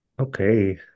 Okay